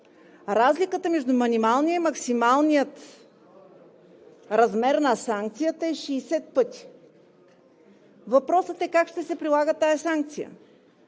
Разликата между минималния и максималния размер на санкцията е 60 пъти. Въпросът е: как ще се прилага тази санкция